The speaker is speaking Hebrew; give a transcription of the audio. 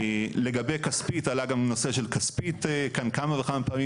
לגבי כספית עלה גם הנושא של כספית כאן כמה וכמה פעמים,